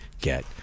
get